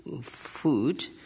Food